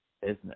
business